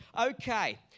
Okay